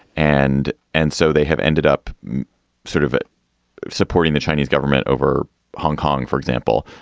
and and so they have ended up sort of supporting the chinese government over hong kong, for example,